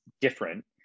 different